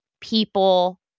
people